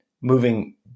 moving